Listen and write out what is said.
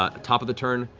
ah top of the turn,